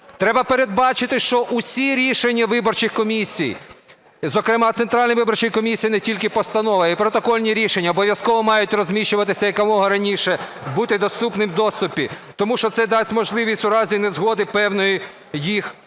треба передбачити, що всі рішення виборчої комісії, зокрема Центральної виборчої комісії не тільки постанови, а й протокольні рішення обов'язково мають розміщуватися якомога раніше, бути доступним у доступі, тому що це дасть можливість у разі незгоди певної їх